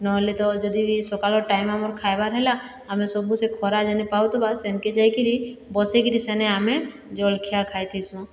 ନହେଲେ ତ ଯଦି ସଖାଳ ଟାଇମ ଆମର୍ ଖାଇବାର ହେଲା ଆମେ ସବୁ ସେ ଖରା ଯେନେ ପାଉଥିବା ସେନ୍କେ ଯାଇକିରି ବସିକିରି ସେନେ ଆମେ ଜଳଖିଆ ଖାଇଥିସୁଁ